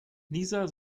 nieser